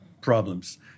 problems